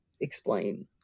explain